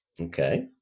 Okay